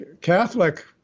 Catholic